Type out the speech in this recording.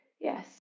Yes